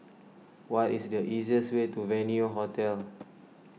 what is the easiest way to Venue Hotel